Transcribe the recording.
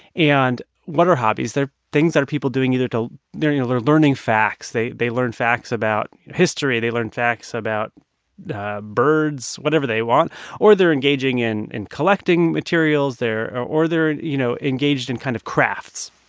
and what are hobbies? they are things that are people doing either to they're you know they're learning facts. they they learn facts about history. they learn facts about birds, whatever they want or they're engaging in in collecting materials. they're or or they're you know, engaged in kind of crafts.